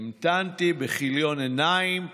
המתנתי בכיליון עיניים,